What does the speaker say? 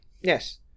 Yes